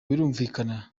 birumvikana